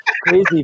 crazy